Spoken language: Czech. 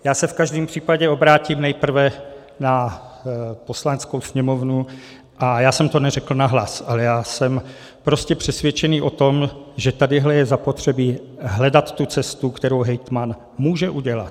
Já se v každém případě obrátím nejprve na Poslaneckou sněmovnu, a já jsem to neřekl nahlas, ale jsem prostě přesvědčený o tom, že tady je zapotřebí hledat cestu, kterou hejtman může udělat.